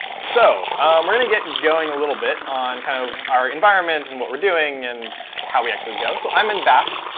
so we're going to get and going a little bit on kind of our environment and what we're doing and how we actually go. so i'm in bash.